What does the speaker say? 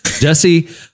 Jesse